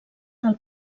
del